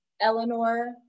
Eleanor